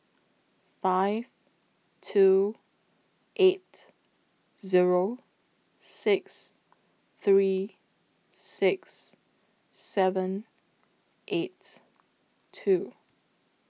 five two eight Zero six three six seven eight two